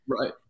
right